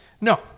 No